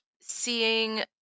seeing